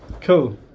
Cool